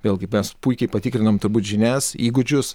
vėlgi mes puikiai patikrinam turbūt žinias įgūdžius